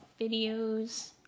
videos